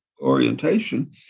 orientation